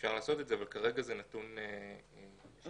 אפשר לעשות את זה אבל כרגע זה נתון לשיקול דעת שירות בתי הסוהר.